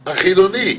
החילוני,